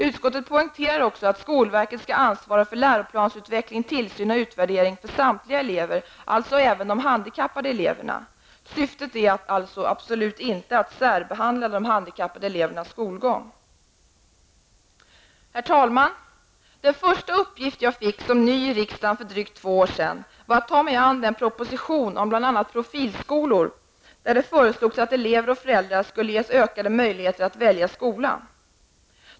Utskottet poängterar också att skolverket skall ansvara för läroplansutveckling, tillsyn och utvärdering för samtliga elever, alltså även för de handikappade eleverna. Syftet är absolut inte att särbehandla de handikappade elevernas skolgång. Herr talman! Den första uppgift jag fick som ny i riksdagen för drygt två år sedan var att ta mig an den proposition om bl.a. profilskolor, där det föreslogs att elever och föräldrar skulle ges ökade möjligheter att välja skola.